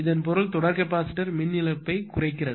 இதன் பொருள் தொடர் கெப்பாசிட்டர் மின் இழப்பை குறைக்கிறது